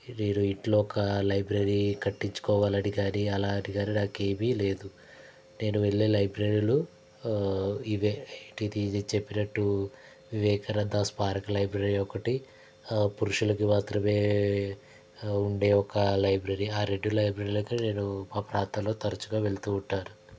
నేను ఇంట్లో ఒక లైబ్రరీ కట్టించుకోవాలని కాని అలా అని కాని నాకు ఏమీ లేదు నేను వెళ్లే లైబ్రరీలు ఇవే చెప్పినట్టు వివేకానంద స్పార్క్ లైబ్రరి ఒకటి పురుషులకి మాత్రమే ఉండే ఒక లైబ్రరీ ఆ రెండు లైబ్రరీలకు నేను మా ప్రాంతంలో తరచుగా వెళ్తూ ఉంటాను